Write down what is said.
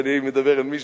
ואני מדבר אל מישהו,